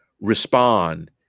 respond